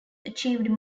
achieved